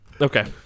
Okay